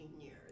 years